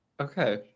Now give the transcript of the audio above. okay